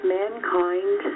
mankind